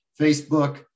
Facebook